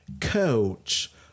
coach